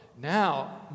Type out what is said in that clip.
now